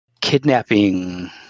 kidnapping